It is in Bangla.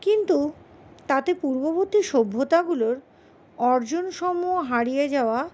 কিন্তু তাতে পূর্ববর্তী সভ্যতাগুলোর অর্জন সমূহ হারিয়ে যাওয়া